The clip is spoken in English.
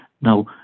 Now